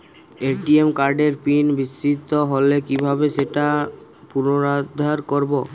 ATM কার্ডের PIN বিস্মৃত হলে কীভাবে সেটা পুনরূদ্ধার করব?